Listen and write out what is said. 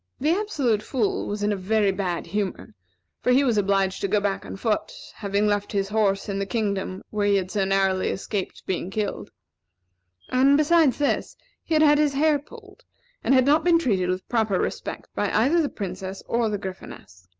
the absolute fool was in a very bad humor for he was obliged to go back on foot, having left his horse in the kingdom where he had so narrowly escaped being killed and, besides this, he had had his hair pulled and had not been treated with proper respect by either the princess or the gryphoness.